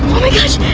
my gosh.